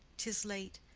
tis late.